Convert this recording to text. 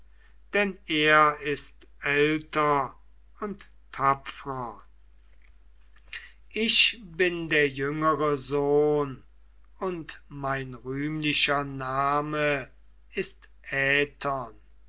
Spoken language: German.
denn er ist älter und tapfrer ich bin der jüngere sohn und mein rühmlicher name ist